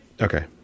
Okay